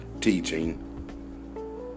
teaching